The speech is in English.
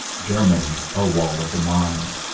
germany a wall of the mind.